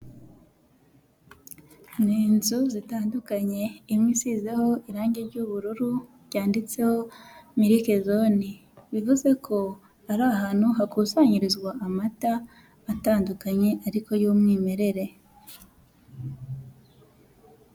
Ni inzu zitandukanye imwe isizeho irangi ry'ubururu ryanditseho mirike zone, bivuze ko ari ahantu hakusanyirizwa amata atandukanye ariko y'umwimerere.